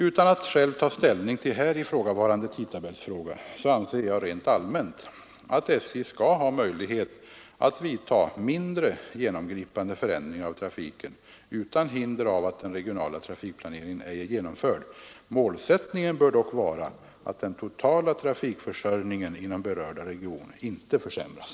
Utan att själv ta ställning till här ifrågavarande tidtabellsfråga så anser jag rent allmänt, att SJ skall ha möjlighet att vidta mindre genomgripande förändringar av trafiken utan hinder av att den regionala trafikplaneringen ej är genomförd. Målsättningen bör dock vara att den totala trafikförsörjningen inom berörda region inte försämras.